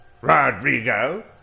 Rodrigo